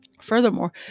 Furthermore